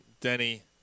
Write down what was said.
Denny